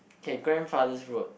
K grandfather's road